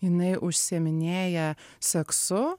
jinai užsiiminėja seksu